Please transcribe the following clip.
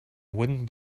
wooden